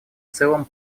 целом